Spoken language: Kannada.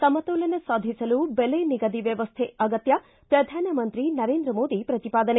ಸಮತೋಲನ ಸಾಧಿಸಲು ಬೆಲೆ ನಿಗದಿ ವ್ಯವಸ್ಥೆ ಅಗತ್ಯ ಪ್ರಧಾನಮಂತ್ರಿ ನರೇಂದ್ರ ಮೋದಿ ಪ್ರತಿಪಾದನೆ